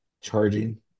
charging